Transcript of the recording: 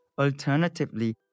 Alternatively